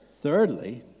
Thirdly